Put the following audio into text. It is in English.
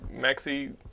maxi